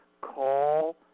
call